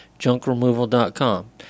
junkremoval.com